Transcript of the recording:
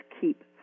keep